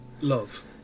love